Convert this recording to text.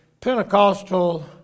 Pentecostal